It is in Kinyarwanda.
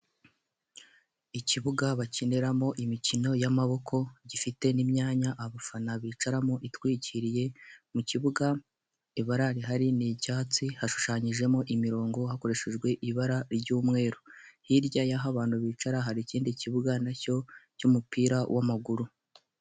Ikibuga bakiniramo imikino y'amaboko, gifite n'imyanya abafana bicaramo itwikiriye, mu kibuga ibara rihari ni icyatsi, hashushanyijemo imirongo hakoreshejwe ibara ry'umweru, hirya y'aho abantu bicara, hari ikindi kibuga na cyo cy'umupira w'amaguru.